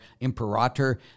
imperator